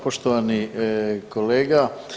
Poštovani kolega.